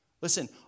Listen